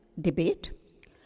debate